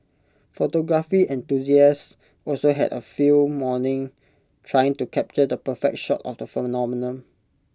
photography enthusiasts also had A field morning trying to capture the perfect shot of the phenomenon